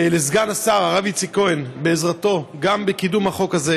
ולסגן השר הרב איציק כהן על עזרתו בקידום גם החוק הזה.